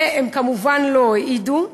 והם כמובן לא העידו,